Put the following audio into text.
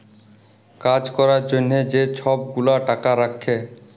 কাজ ক্যরার জ্যনহে যে ছব গুলা টাকা রাখ্যে